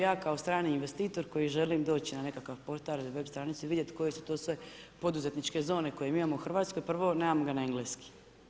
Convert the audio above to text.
Ja kao strani investitor koji želim doći na nekakav portal ili web stranicu i vidjet koje su to sve poduzetničke zone koje mi imamo u Hrvatskoj, prvo nemamo ga na engleski.